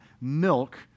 milk